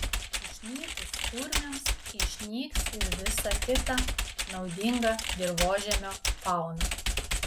išnykus kurmiams išnyks ir visa kita naudinga dirvožemio fauna